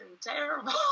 terrible